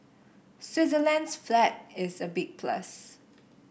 Switzerland's flag is a big plus